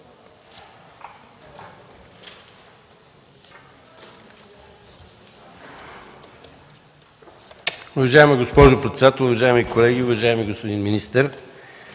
Уважаеми господин председател, уважаеми колеги! Уважаеми господин Агуш,